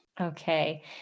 Okay